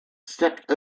stepped